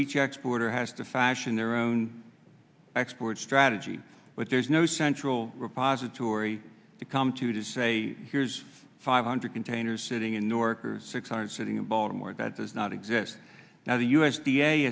each export or has to fashion their own export strategy but there's no central repository to come to to say here's five hundred containers sitting in new york or six hundred sitting in baltimore that does not exist now the u